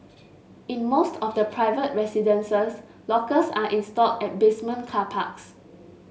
in most of the private residences lockers are installed at basement car parks